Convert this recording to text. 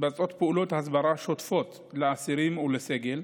מתבצעות פעולות הסברה שוטפות לאסירים ולסגל,